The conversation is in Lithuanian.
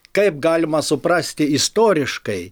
kaip galima suprasti istoriškai